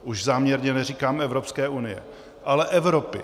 Už záměrně neříkám Evropské unie, ale Evropy.